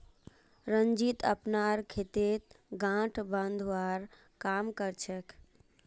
रंजीत अपनार खेतत गांठ बांधवार काम कर छेक